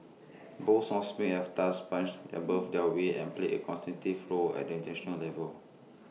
both songs may have thus punched above their weight and played A role at International level